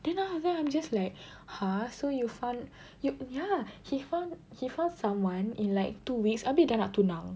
then now then now I'm just like !huh! so you found you ya he found he found someone in like two weeks abeh dah nak tunang